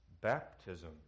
baptism